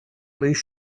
least